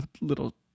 little